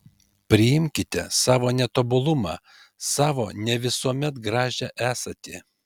priimkite savo netobulumą savo ne visuomet gražią esatį